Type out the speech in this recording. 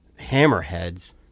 hammerheads